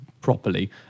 properly